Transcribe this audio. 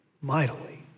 mightily